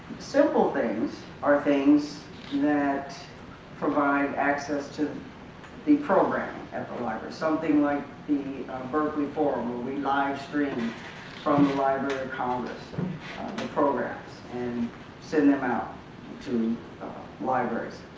simple things are things that provide access to the programming at the library, something like the berkeley forum where we live stream from the library of congress, the programs and send them out to libraries,